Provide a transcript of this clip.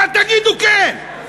מה תגידו כן?